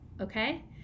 okay